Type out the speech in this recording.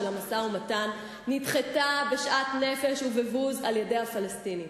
המשא-ומתן נדחתה בשאט-נפש ובוז על-ידי הפלסטינים.